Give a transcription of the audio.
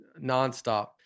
nonstop